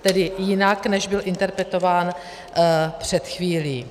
Tedy jinak než byl interpretován před chvílí.